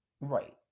right